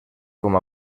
com